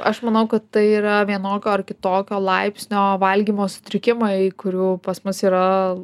aš manau kad tai yra vienokio ar kitokio laipsnio valgymo sutrikimai kurių pas mus yra